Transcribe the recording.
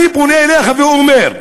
אני פונה אליך ואומר: